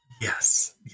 Yes